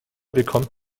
bekommt